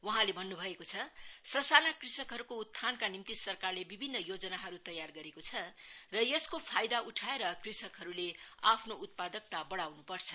वहाँले भन्न् भएको छ ससाना कृषकहरूको उत्थानका निम्ति सरकारले विभिन्न योजनाहरू तयार गरेको छ र यसको फायदा उठाएर कृषकहरूले आफ्नो उत्पादकता बढ़ाउनुपर्छ